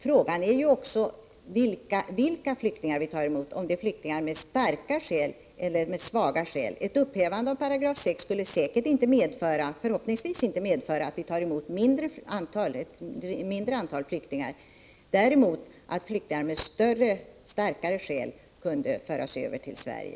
Frågan är ju också vilka flyktingar vi tar emot — om det är flyktingar som har starka skäl eller svaga skäl. Ett upphävande av 6 § skulle förhoppningsvis inte medföra att vi tar emot ett mindre antal flyktingar. Däremot är det möjligt att flyktingar som har starkare skäl kunde föras över till Sverige.